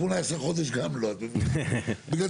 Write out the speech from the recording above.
סליחה, זה